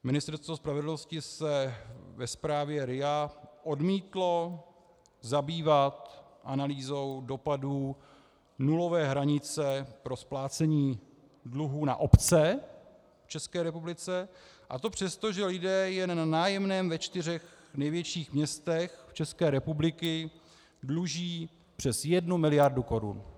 Ministerstvo spravedlnosti se ve zprávě RIA odmítlo zabývat analýzou dopadů nulové hranice pro splácení dluhů na obce v České republice, a to přesto, že lidé jen na nájemném ve čtyřech největších městech České republiky dluží přes 1 mld. korun.